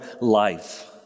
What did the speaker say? life